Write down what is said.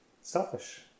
selfish